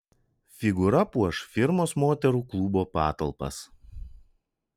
figūra puoš firmos moterų klubo patalpas